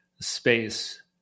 space